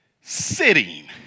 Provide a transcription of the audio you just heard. sitting